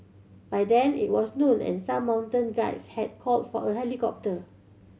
by then it was noon and some mountain guides had called for a helicopter